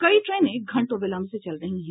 कई ट्रेने घंटों विलंब से चल रही है